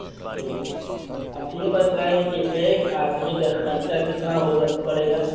اچھا اچھا یہ بتائیں کہ ایک آدمی کا خرچہ کتنا ہوگا پڑے گا